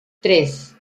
tres